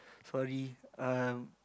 sorry um